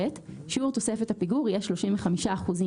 שיעור תוספת הפיגור יהיה שלושים וחמישה אחוזים